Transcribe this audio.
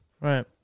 Right